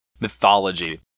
mythology